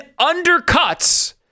undercuts